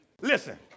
Listen